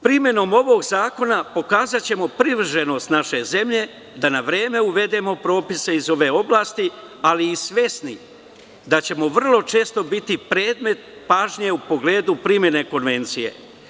Primenom ovog zakona pokazaćemo privrženost naše zemlje da na vreme uvedemo propise iz ove oblasti, ali i svesni da ćemo vrlo često biti predmet pažnje u pogledu primene Konvencije.